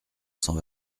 cent